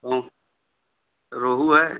कौन रोहू है